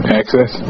access